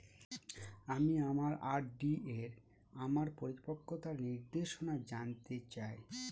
আমি আমার আর.ডি এর আমার পরিপক্কতার নির্দেশনা জানতে চাই